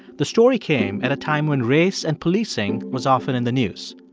the story came at a time when race and policing was often in the news.